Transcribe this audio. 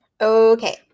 Okay